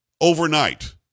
overnight